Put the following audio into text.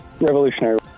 Revolutionary